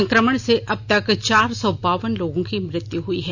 संक्रमण से अब तक चार सौ बावन लोगों की मृत्यु हुई है